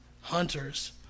hunters